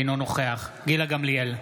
אינו נוכח גילה גמליאל,